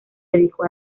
dedicó